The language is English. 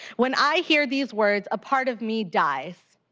when i hear these words, a part of me dies.